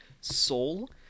Soul